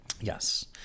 Yes